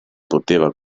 poteva